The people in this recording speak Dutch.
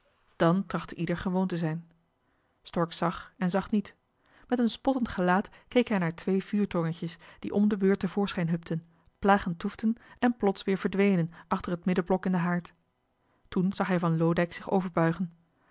dan trachtte ieder gewoon te zijn stork zag en zag niet met een spottend gelaat keek hij naar twee vuurtongetjes die om de beurt te voorschijn hupten plagend toefden en plots weer verdwenen achter het middenblok in den haard toen zag hij van loodijck zich overbuigen